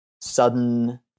sudden